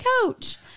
coach